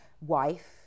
wife